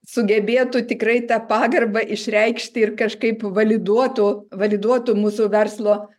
sugebėtų tikrai tą pagarbą išreikšti ir kažkaip validuotų validuotų mūsų verslo